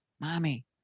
Mommy